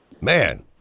man